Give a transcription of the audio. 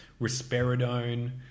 risperidone